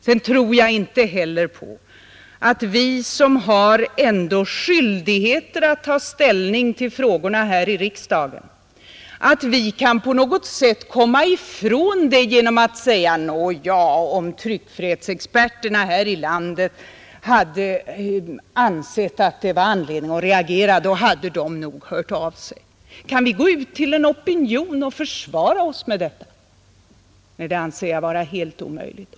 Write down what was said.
Jag tror inte heller att vi, som ändå har skyldighet att ta ställning till frågorna här i riksdagen, på något sätt kan komma ifrån det genom att säga: Nåja, om tryckfrihetsexperterna här i landet hade ansett att det finns anledning att reagera, så hade de nog hört av sig. Kan vi gå ut till en opinion och försvara oss med det? Nej, det anser jag vara omöjligt.